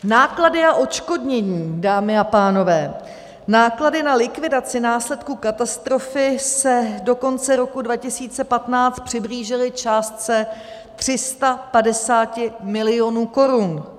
Náklady a odškodnění, dámy a pánové: náklady na likvidaci následků katastrofy se do konce roku 2015 přiblížily částce 350 milionů korun.